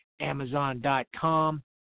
amazon.com